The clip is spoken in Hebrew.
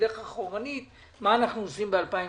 נלך אחורה מה אנחנו עושים ב-2021,